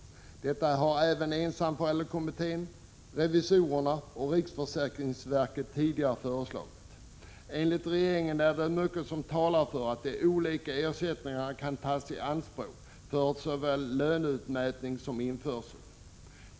Detta har även ensamförälderkommittén, revisorerna och riksförsäkringsverket tidigare föreslagit. Enligt regeringen finns det mycket som talar för att de olika ersättningarna kan tas i anspråk för såväl löneutmätning som införsel.